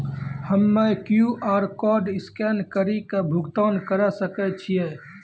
हम्मय QR code scan कड़ी के भुगतान करें सकय छियै?